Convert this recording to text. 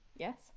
Yes